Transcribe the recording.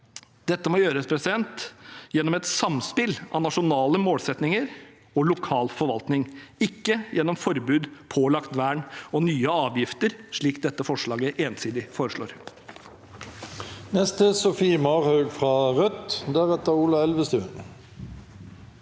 Dette må gjøres gjennom et samspill av nasjonale målsettinger og lokal forvaltning, ikke gjennom forbud, pålagt vern og nye avgifter, slik dette forslaget ensidig foreslår.